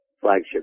flagship